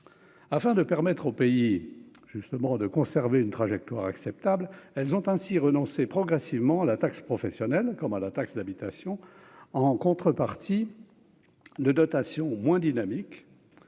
afin de permettre aux pays justement de conserver une trajectoire acceptable, elles ont ainsi renoncé progressivement la taxe professionnelle, comme à la taxe d'habitation en contrepartie de dotation moins dynamique,